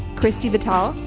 christy vital,